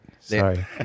sorry